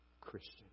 Christian